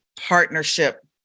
partnership